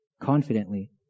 confidently